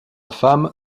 femme